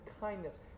kindness